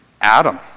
Adam